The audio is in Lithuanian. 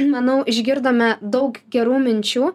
manau išgirdome daug gerų minčių